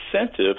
incentive